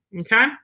Okay